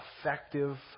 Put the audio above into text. effective